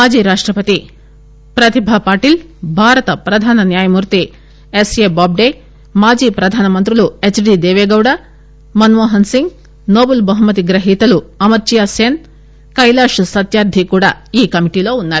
మాజీ రాష్టపతి ప్రతిభాపాటిల్ భారత ప్రధాన న్యాయమూర్తి ఎస్ ఎ బాబ్లే మాజీ ప్రధాన మంత్రులు H D Deve Gowda Manmohan Singh Nobel బహుమతి గ్రహీతలు అమర్త్సేన్ కైలాష్ సత్యార్ధి కూడా ఈ కమిటీలో ఉన్నారు